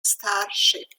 starship